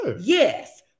Yes